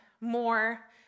more